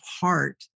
heart